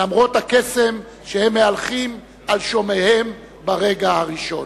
למרות הקסם שהם מהלכים על שומעיהם ברגע הראשון.